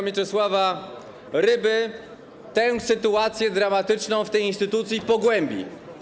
Mieczysława Ryby tę sytuację dramatyczną w tej instytucji pogłębi.